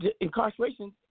Incarceration